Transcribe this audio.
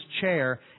chair